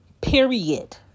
period